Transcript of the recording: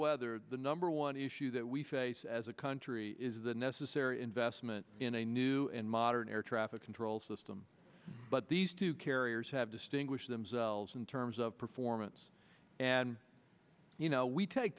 whether the number one issue that we face as a country is the necessary investment in a new and modern air traffic control system but these two carriers have distinguished themselves in terms of performance and you know we take